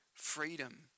freedom